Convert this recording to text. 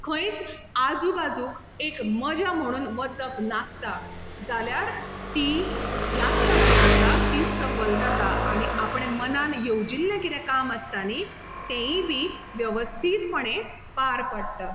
खंयच आजू बाजूक एक मजा म्हणून वचप नासता जाल्यार ती यात्रा जी आसता ती सफल जाता आनी आपणें मनान येवजिल्लें कितें काम आसता न्ही तेंय बी वेवस्थीतपणे पार पडटा